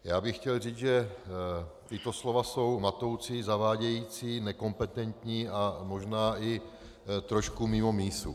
Já bych chtěl říct, že tato slova jsou matoucí, zavádějící, nekompetentní a možná i trošku mimo mísu.